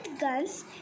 guns